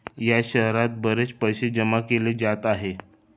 या शहरात बरेच पैसे जमा केले जात आहे